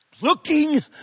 Looking